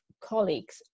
colleagues